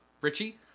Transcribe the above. Richie